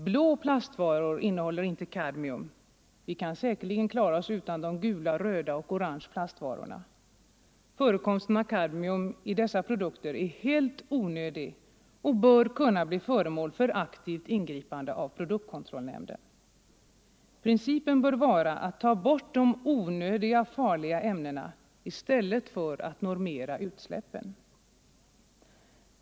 Blå plastvaror innehåller inte kadmium — vi kan säkerligen klara oss utan plastvarorna i färgerna gult, rött och orange. Förekomsten av kadmium i dessa produkter är helt onödig och bör kunna bli föremål för aktivt ingripande av produktkontrollnämnden. Principen bör vara att ta bort de onödiga, farliga ämnena i stället för att normera utsläppen.